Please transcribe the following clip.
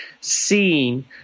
Seeing